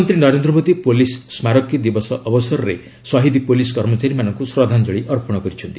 ପ୍ରଧାନମନ୍ତ୍ରୀ ନରେନ୍ଦ୍ର ମୋଦୀ ପୋଲି ସ୍କାରକୀ ଦିବସ ଅବସରରେ ଶହୀଦ ପୋଲିସ୍ କର୍ମଚାରୀମାନଙ୍କୁ ଶ୍ରଦ୍ଧାଞ୍ଚଳି ଅର୍ପଣ କରିଛନ୍ତି